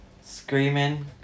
screaming